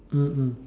mm mm